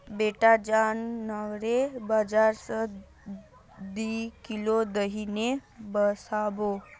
बेटा जा नाकेर बाजार स दी किलो दही ने वसबो